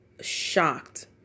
shocked